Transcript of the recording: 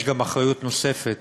יש גם אחריות נוספת,